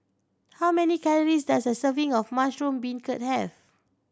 how many calories does a serving of mushroom beancurd have